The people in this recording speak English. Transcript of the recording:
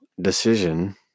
decision